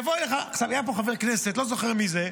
היה פה חבר כנסת, לא זוכר מי זה,